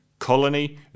colony